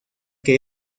que